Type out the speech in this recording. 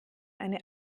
eine